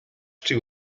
too